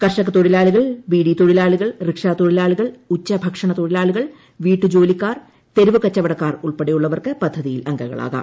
കർഷകത്തൊഴിലാളികൾ ബീഡി തൊഴിലാളികൾ റിക്ഷാ തൊഴിലാളികൾ ഉച്ചുഭക്ഷണ തൊഴിലാളികൾ വീട്ടുജോലിക്കാർ കച്ചവടക്കാർ ഉൾപ്പെടെയുള്ളവർക്ക് പദ്ധതിയിൽ തെരുവ് അംഗങ്ങളാകാം